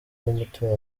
w’umutima